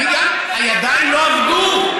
הידיים לא עבדו.